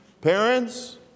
Parents